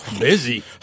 Busy